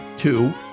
Two